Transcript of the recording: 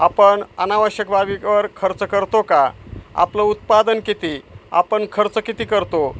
आपण अनावश्यक बाबीवर खर्च करतो का आपलं उत्पादन किती आपण खर्च किती करतो